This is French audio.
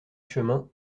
chemin